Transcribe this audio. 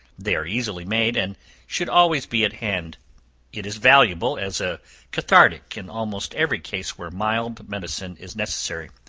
they are easily made, and should always be at hand it is valuable as a cathartic in almost every case where mild medicine is necessary.